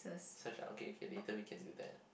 search ah okay later we can do that